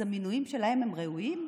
אז המינויים שלהם הם ראויים?